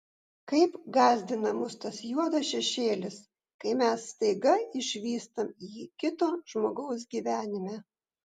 kaip gąsdina mus tas juodas šešėlis kai mes staiga išvystam jį kito žmogaus gyvenime